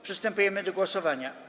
Przystępujemy do głosowania.